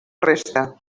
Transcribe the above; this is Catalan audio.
resta